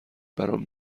برام